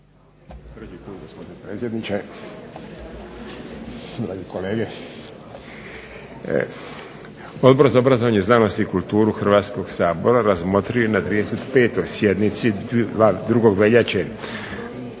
Hrvatskoga sabora razmotrio je na 35. sjednici 2. veljače